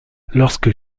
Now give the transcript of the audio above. lorsque